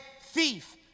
thief